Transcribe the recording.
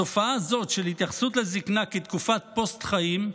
התופעה הזאת של התייחסות לזקנה כתקופת פוסט-חיים,